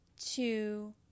two